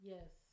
Yes